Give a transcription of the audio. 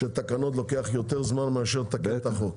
לפי הניסיון תקנות אורך יותר זמן מאשר לתקן את החוק.